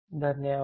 धन्यवाद